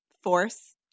force